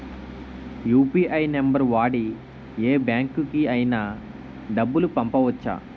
UPI number వాడి యే బ్యాంకుకి అయినా డబ్బులు పంపవచ్చ్చా?